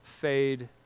fade